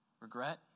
regret